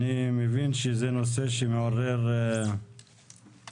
אני מבין שזה נושא שמעורר התעניינות,